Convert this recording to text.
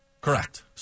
Correct